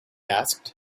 asked